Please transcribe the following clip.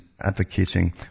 advocating